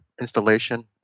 installation